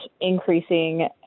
increasing